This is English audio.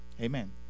Amen